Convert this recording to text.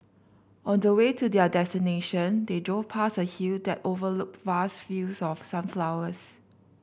on the way to their destination they drove past a hill that overlooked vast fields of sunflowers